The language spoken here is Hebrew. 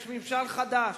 יש ממשל חדש,